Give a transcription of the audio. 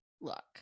look